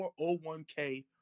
401k